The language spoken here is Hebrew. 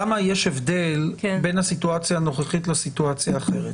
למה יש הבדל בין הסיטואציה הנוכחית לסיטואציה האחרת.